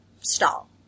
stall